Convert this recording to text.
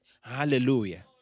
Hallelujah